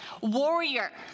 warrior